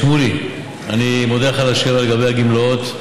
שמולי, אני מודה לך על השאלה לגבי הגמלאות.